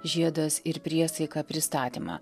žiedas ir priesaika pristatymą